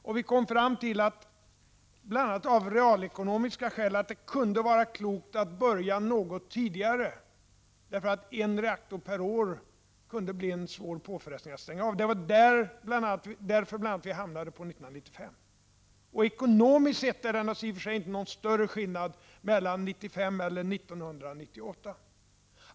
Bl.a. av realekonomiska skäl kom vi då fram till att det kunde vara klokt att börja något tidigare, eftersom det kunde bli en svår påfrestning att stänga av en reaktor per år. Det var bl.a. därför vi hamnade på år 1995. Ekonomiskt sett är det ingen större skillnad mellan 1995 och 1998.